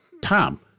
Tom